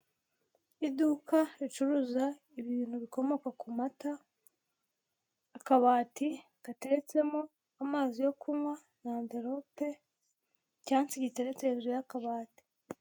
Iduka ricuruza ibintu bikomoka ku mata, akabati kateretsemo amazi yo kunkwa n'anverope icyansi gitereretse hejuru y'akabati.